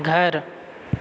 घर